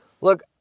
Look